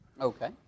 Okay